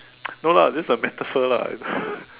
no lah just a metaphor lah